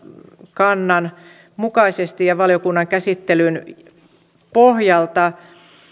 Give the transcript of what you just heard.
kannan mukaisesti ja valiokunnan käsittelyn pohjalta